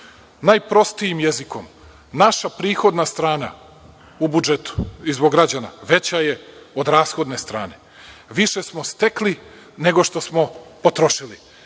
Najprostojim jezikom, naša prihodna strana u budžetu, i zbog građana, veća je od rashodne strane. Više smo stekli nego što smo potrošili,